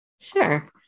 Sure